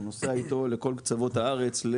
הוא נוסע איתו לכל קצוות הארץ.